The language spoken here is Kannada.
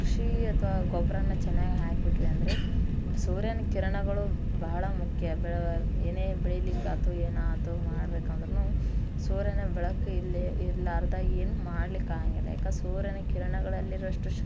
ಕು ಕೃಷಿ ಅಥವಾ ಗೊಬ್ಬರನ ಚೆನ್ನಾಗಿ ಹಾಕಿಬಿಟ್ವಿ ಅಂದರೆ ಸೂರ್ಯನ ಕಿರಣಗಳು ಬಹಳ ಮುಖ್ಯ ಬೆಳೆಗಳು ಏನೇ ಬೆಳಿಲಿಕ್ಕಾಯ್ತು ಅಥ್ವಾ ಏನೇ ಆಯ್ತು ಮಾಡ್ಬೇಕಂದ್ರೂ ಸೂರ್ಯನ ಬೆಳಕು ಇಲ್ಲಿ ಇರ್ಲಾರ್ದೆ ಏನೂ ಮಾಡ್ಲಿಕ್ಕೆ ಆಗಂಗಿಲ್ಲ ಯಾಕೆ ಸೂರ್ಯನ ಕಿರಣಗಳಲ್ಲಿರೋವಷ್ಟು ಶ